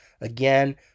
Again